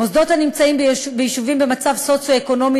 מוסדות הנמצאים ביישובים במצב סוציו-אקונומי